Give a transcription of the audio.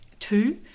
Two